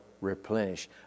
replenish